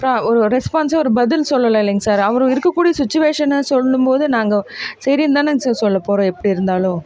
ப ரெஸ்பான்ஸ் ஒரு பதில் சொல்லலாம் இல்லைங்க சார் அவர் இருக்கக்கூடிய சுச்சிவேஷனை சொல்லும் போது நாங்கள் சரினு தானேங்க சார் சொல்ல போகிறோம் எப்படி இருந்தாலும்